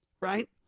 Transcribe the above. right